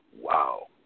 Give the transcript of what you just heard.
Wow